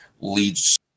leads